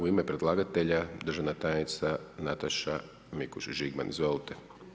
U ime predlagatelja državna tajnica Nataša Mikuš Žigman, izvolite.